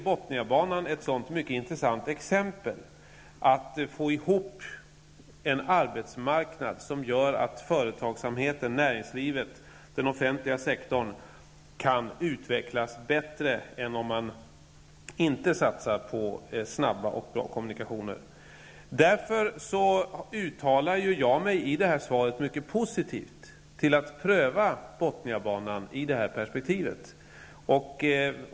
Bothniabanan är ett mycket intressant exempel på hur man kan få ihop en arbetsmarknad som gör att företagsamheten, näringslivet och den offentliga sektorn kan utvecklas bättre än om man inte satsar på snabba och bra kommunikationer. Därför uttalar jag mig i svaret mycket positivt till att i det här perspektivet pröva Bothniabanan.